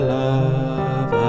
love